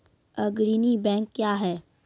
अग्रणी बैंक क्या हैं?